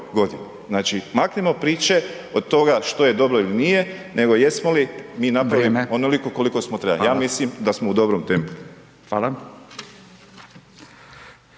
godini. Znači maknimo priče od toga što je dobro ili nije nego jesmo li mi napravili onoliko koliko smo trebali. Ja mislim da smo u dobrom tempu.